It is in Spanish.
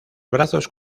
brazos